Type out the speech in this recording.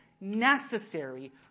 necessary